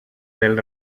del